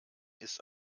ist